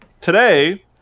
today